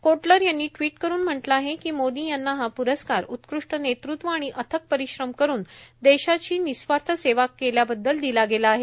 Kotler यांनी tweet करून म्हटलं आहे की मोदी यांना हा प्रस्कार उत्कृष्ट नेतृत्व आणि अथक परिश्रम करून देशाची निःस्वार्थ सेवा केल्याबद्दल दिला गेला आहे